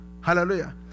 Hallelujah